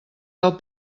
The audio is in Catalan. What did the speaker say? del